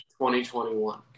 2021